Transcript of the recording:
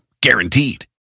Guaranteed